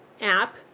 app